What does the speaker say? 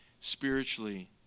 spiritually